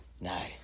No